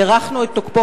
הארכנו את תוקפו